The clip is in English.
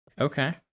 Okay